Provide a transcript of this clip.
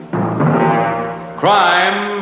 Crime